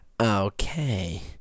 Okay